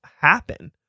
happen